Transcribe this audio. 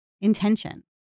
intention